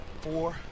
four